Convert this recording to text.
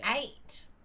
eight